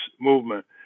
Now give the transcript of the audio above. movement